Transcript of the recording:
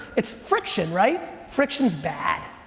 it's friction, right? friction's bad,